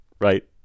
right